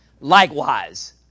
Likewise